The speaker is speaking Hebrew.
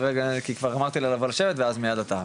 כי כבר אמרתי לה לבוא לשבת ואז מייד אתה,